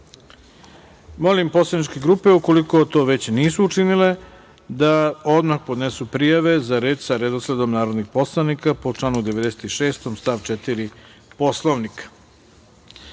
grupe. Molim poslaničke grupe, ukoliko to već nisu učinile, da odmah podnesu prijave za reč sa redosledom narodnih poslanika, po članu 96. stav 4. Poslovnika. Saglasno